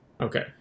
Okay